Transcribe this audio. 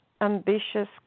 ambitious